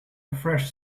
fresh